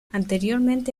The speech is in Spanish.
anteriormente